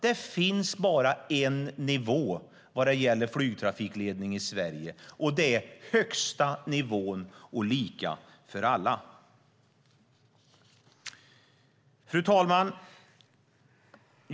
Det finns bara en nivå vad gäller flygtrafikledning i Sverige, och det är högsta nivån och lika för alla. Fru talman!